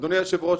אדוני היושב-ראש,